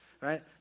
Right